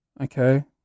okay